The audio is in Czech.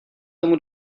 tomu